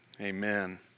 amen